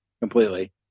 completely